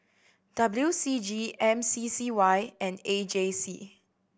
W C G M C C Y and A J C